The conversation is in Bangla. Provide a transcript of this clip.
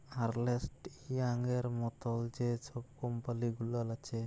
আর্লেস্ট ইয়াংয়ের মতল যে ছব কম্পালি গুলাল আছে